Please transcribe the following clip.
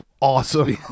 awesome